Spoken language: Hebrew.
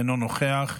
אינו נוכח.